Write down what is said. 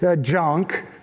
junk